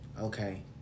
okay